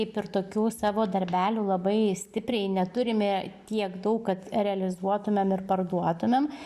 kaip ir tokių savo darbelių labai stipriai neturime tiek daug kad realizuotumėm ir parduotumėm